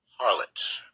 Harlot